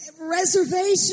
reservation